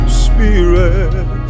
spirit